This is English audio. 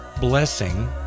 blessing